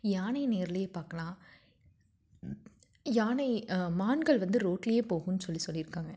யானையை நேரிலேயே பார்க்கலாம் யானை மான்கள் வந்து ரோட்டிலேயே போகும்னு சொல்லி சொல்லியிருக்காங்க